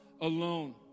alone